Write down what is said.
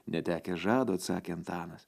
netekęs žado atsakė antanas